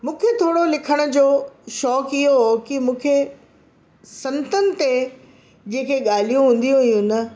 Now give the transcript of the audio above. मूंखे थोरो लिखण जो शौंक़ु इहो हो की मूंखे संतनि ते जेके ॻाल्हियूं हूंदियूं हुइयूं न